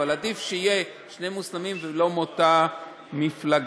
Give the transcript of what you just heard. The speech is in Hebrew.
עדיף שיהיו שני מוסלמים ולא מאותה מפלגה.